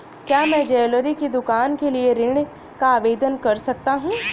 क्या मैं ज्वैलरी की दुकान के लिए ऋण का आवेदन कर सकता हूँ?